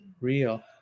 real